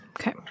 okay